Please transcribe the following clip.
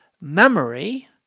memory